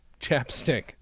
Chapstick